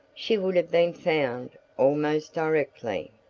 she would have been found almost directly.